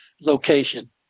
location